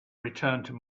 return